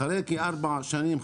אחרי כארבע שנים,